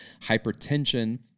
hypertension